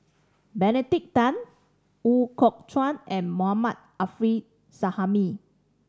Benedict Tan Ooi Kok Chuen and Mohammad Arif Suhaimi